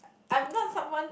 I'm not someone